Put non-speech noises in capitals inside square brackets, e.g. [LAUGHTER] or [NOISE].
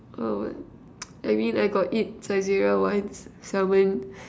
oh [NOISE] I mean I got eat Saizeriya once Salmon